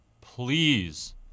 please